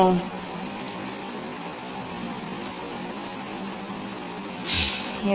இப்போது இங்கே இந்த ப்ரிஸத்தின் அடித்தளம் அடிப்படையில் இந்த ஒளிபுகா மேற்பரப்பு இந்த ஒளிபுகா மேற்பரப்பு இது ஒரு அடிப்படை